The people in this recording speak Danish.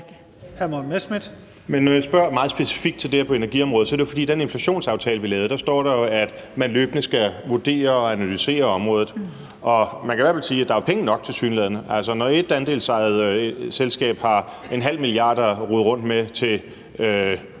(DF): Men når jeg spørger meget specifikt til det her på energiområdet, er det jo, fordi der i den inflationsaftale, vi lavede, står, at man løbende skal vurdere og analysere området. Og man kan i hvert fald sige, at der tilsyneladende er penge nok. Altså, når et andelsejet selskab har en halv milliard kroner at rykke rundt med til